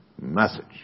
message